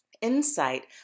insight